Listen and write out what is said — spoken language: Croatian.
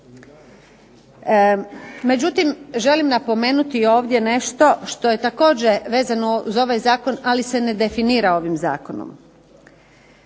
Međutim, želim napomenuti ovdje nešto što je također vezano uz ovaj Zakon ali se ne definira ovim zakonom.